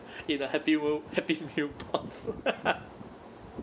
in a happy world happy meal box